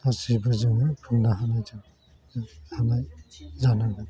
गासिबो जोङो बुंनो हानायजों हानाय जानांगोन